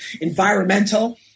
environmental